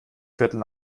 viertel